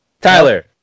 Tyler